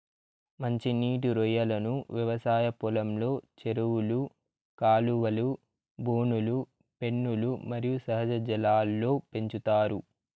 మంచి నీటి రొయ్యలను వ్యవసాయ పొలంలో, చెరువులు, కాలువలు, బోనులు, పెన్నులు మరియు సహజ జలాల్లో పెంచుతారు